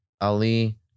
Ali